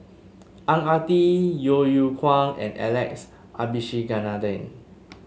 Ang Ah Tee Yeo Yeow Kwang and Alex Abisheganaden